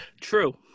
True